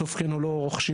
בסוף כשתהיה